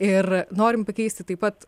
ir norim pakeisti taip pat